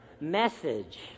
message